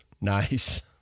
Nice